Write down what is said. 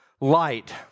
light